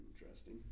interesting